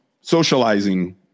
socializing